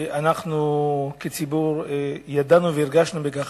אנחנו כציבור ידענו והרגשנו בכך,